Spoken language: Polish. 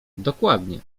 dokładnie